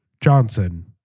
Johnson